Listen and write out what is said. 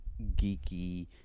geeky